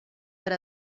per